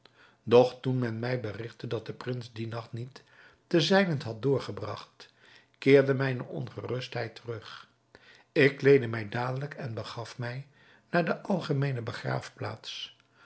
doch toen men mij berigtte dat de prins dien nacht niet ten zijnent had doorgebragt keerde mijne ongerustheid terug ik kleedde mij dadelijk en begaf mij naar de algemeene begraafplaats